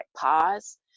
pause